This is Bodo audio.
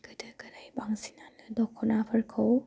गोदो गोदाय बांसिनानो दखनाफोरखौ